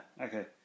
okay